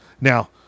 Now